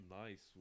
nice